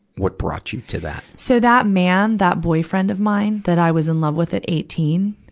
what brought you to that? so that man, that boyfriend of mine that i was in love with at eighteen.